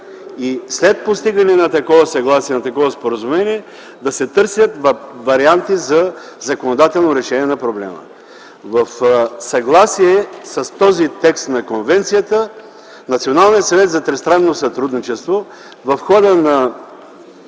и след постигане на такова съгласие, на такова споразумение да се търсят варианти за законодателно решение на проблема. В съгласие с този текст на конвенцията Националният съвет за тристранно сътрудничество в хода на